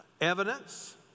evidence